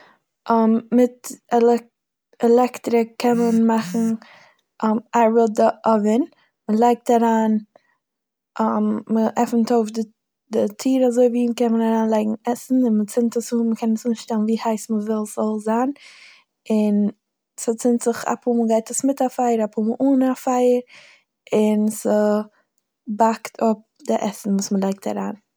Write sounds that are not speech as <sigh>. מיט עלעק- עלעקטעריק קען מען <noise> מאכן <hesitation> ארבעט די אווען, מ'לייגט אריין <hesitation> מ'עפענט אויף די- די טיר אזוי ווי און קען מען אריינלייגן עסן, און מ'צינד עס אן מ'קען עס אנשטעלן ווי הייס מ'וויל ס'זאל זיין און ס'צינד זיך אפאר מאל גייט עס מיט א פייער אפאר מאל אן א פייער און ס'באקט אפ די עסן וואס מ'לייגט אריין.